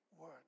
word